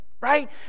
right